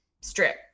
Strip